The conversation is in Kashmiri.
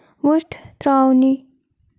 وۄٹھ ترٛاوٕنی